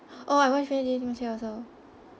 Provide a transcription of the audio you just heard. oh I watch finish also